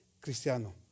cristiano